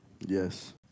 Yes